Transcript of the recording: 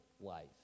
life